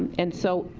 and so,